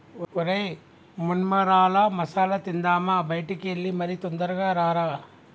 ఒరై మొన్మరాల మసాల తిందామా బయటికి ఎల్లి మరి తొందరగా రారా